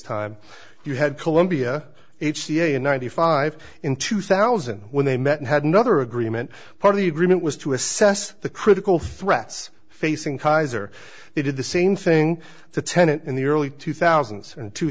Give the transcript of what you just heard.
time you had columbia h c a in ninety five in two thousand when they met and had another agreement part of the agreement was to assess the critical threats facing kaiser they did the same thing to tenet in the early two thousand and two